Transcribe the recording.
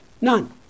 none